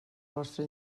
vostre